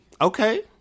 Okay